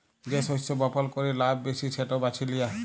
যে শস্য বপল ক্যরে লাভ ব্যাশি সেট বাছে লিয়া